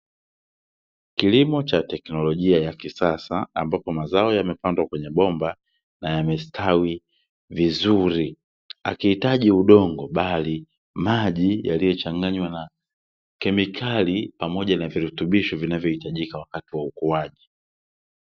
Kilimo cha teknolojia ya kisasa, ambapo mazao yamepandwa kwenye bomba na yamestawi vizuri, akihitaji udongo bali maji yaliyochanganywa na kemikali pamoja na virutubisho vinavyohitajika wakati wa ukuaji.